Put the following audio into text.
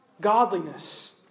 godliness